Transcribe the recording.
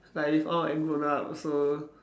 like it's all and grown up so